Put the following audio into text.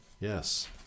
Yes